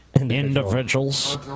Individuals